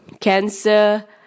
cancer